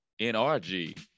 NRG